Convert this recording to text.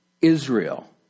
Israel